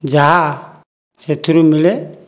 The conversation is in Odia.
ଯାହା ସେଥିରୁ ମିଳେ